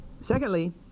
Secondly